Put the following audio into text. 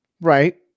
Right